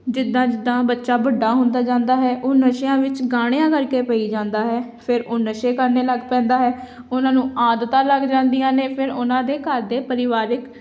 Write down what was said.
ਜਿੱਦਾਂ ਜਿੱਦਾਂ ਬੱਚਾ ਵੱਡਾ ਹੁੰਦਾ ਜਾਂਦਾ ਹੈ ਉਹ ਨਸ਼ਿਆਂ ਵਿੱਚ ਗਾਣਿਆਂ ਕਰਕੇ ਪਈ ਜਾਂਦਾ ਹੈ ਫਿਰ ਉਹ ਨਸ਼ੇ ਕਰਨੇ ਲੱਗ ਪੈਂਦਾ ਹੈ ਉਹਨਾਂ ਨੂੰ ਆਦਤਾਂ ਲੱਗ ਜਾਂਦੀਆਂ ਨੇ ਫਿਰ ਉਹਨਾਂ ਦੇ ਘਰ ਦੇ ਪਰਿਵਾਰਿਕ